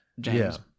James